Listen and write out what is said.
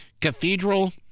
Cathedral